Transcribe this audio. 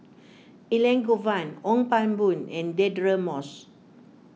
Elangovan Ong Pang Boon and Deirdre Moss